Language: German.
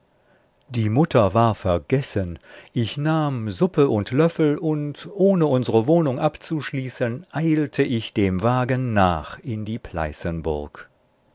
die mutter war vergessen ich nahm suppe und löffel und ohne unsre wohnung abzuschließen eilte ich dem wagen nach in die pleißenburg